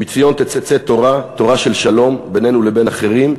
"מציון תצא תורה" תורה של שלום בינינו לבין אחרים,